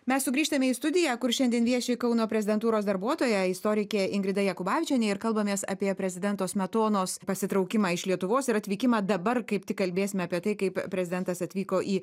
mes sugrįžtame į studiją kur šiandien vieši kauno prezidentūros darbuotoja istorikė ingrida jakubavičienė ir kalbamės apie prezidento smetonos pasitraukimą iš lietuvos ir atvykimą dabar kaip tik kalbėsime apie tai kaip prezidentas atvyko į